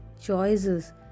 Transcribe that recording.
choices